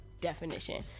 definition